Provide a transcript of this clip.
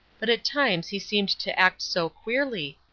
but at times he seemed to act so queerly,